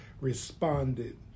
responded